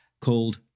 called